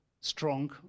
strong